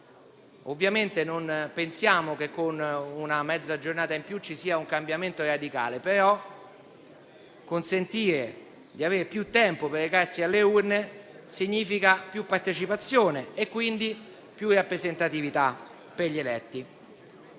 Ovviamente non pensiamo che con una mezza giornata in più ci sia un cambiamento radicale, però, consentire di avere più tempo per recarsi alle urne significa maggiore partecipazione e quindi più rappresentatività per gli eletti.